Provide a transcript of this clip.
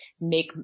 make